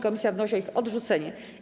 Komisja wnosi o ich odrzucenie.